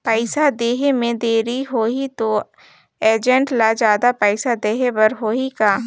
पइसा देहे मे देरी होही तो एजेंट ला जादा पइसा देही बर होही का?